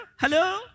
hello